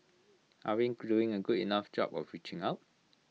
are we doing A good enough job with reaching out